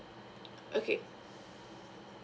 okay